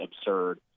absurd